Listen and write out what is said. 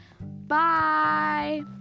Bye